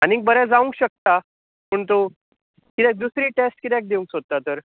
आनीक बरे जावंक शकता पूण तूं कित्याक दुसरी टॅस्ट कित्याक दिवंक सोदता तर